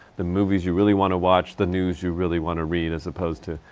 the movies you really want to watch. the news you really want to read, as opposed to,